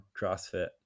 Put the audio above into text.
CrossFit